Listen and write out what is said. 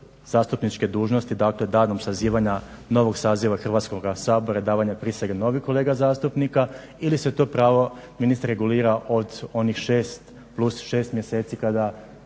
zastupničke dužnosti dakle danom sazivanja novog saziva Hrvatskoga sabora, davanja prisege novih kolega zastupnika ili se to pravo ministre regulira od onih 6+6 mjeseci kada